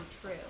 true